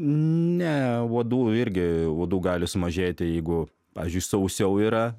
ne uodų irgi uodų gali sumažėti jeigu pavyzdžiui sausiau yra